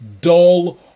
dull